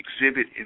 exhibit